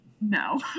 no